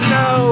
no